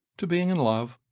to being in love?